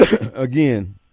Again